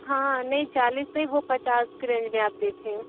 हाँ नहीं चालीस नहीं वो पचास की रेंज में आप देखें